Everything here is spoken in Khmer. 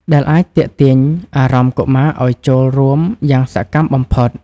ដែលអាចទាក់ទាញអារម្មណ៍កុមារឱ្យចូលរួមយ៉ាងសកម្មបំផុត។